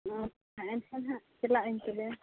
ᱚ ᱦᱮᱸ ᱛᱚ ᱱᱟᱦᱟᱜ ᱪᱟᱞᱟᱜ ᱟᱹᱧ ᱛᱚᱵᱮ